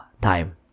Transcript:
time